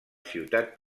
ciutat